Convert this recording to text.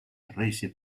prese